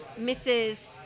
Mrs